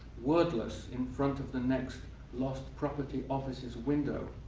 wordless, in front of the next lost property office's window,